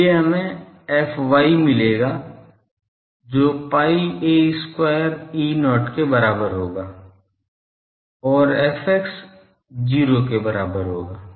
इसलिए हमें fy मिलेगा जो pi a square E0 के बराबर होगा और fx 0 के बराबर होगा